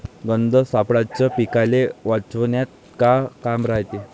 गंध सापळ्याचं पीकाले वाचवन्यात का काम रायते?